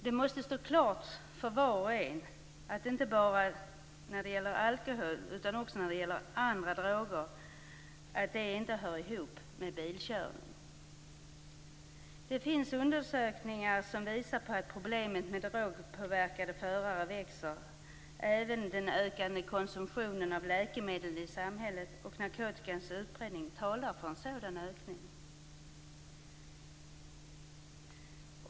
Det måste stå klart för var och en att det inte bara är alkohol utan även andra droger som inte hör ihop med bilkörning. Det finns undersökningar som visar att problemet med drogpåverkade förare växer. Den ökande konsumtionen av läkemedel i samhället och narkotikans utbredning talar för en sådan ökning.